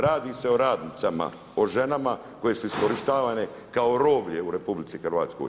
Radi se o radnicama, o ženama koje su iskorištavane kao roblje u RH.